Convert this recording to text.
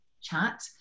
chat